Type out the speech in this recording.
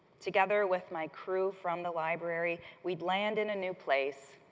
together with my crew from the library, we'd land in a new place,